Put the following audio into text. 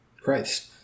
Christ